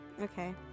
Okay